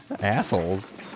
assholes